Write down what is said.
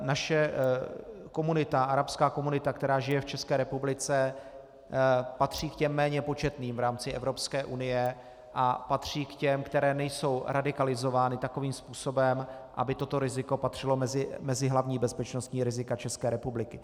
Naše arabská komunita, která žije v České republice, patří k těm méně početným v rámci Evropské unie a patří k těm, které nejsou radikalizovány takovým způsobem, aby toto riziko patřilo mezi hlavní bezpečnostní rizika České republiky.